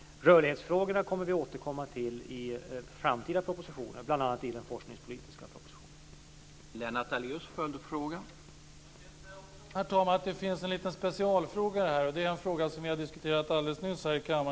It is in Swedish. Rörlighetsfrågorna kommer vi att återkomma till i framtida propositioner, bl.a. i den forskningspolitiska propositionen.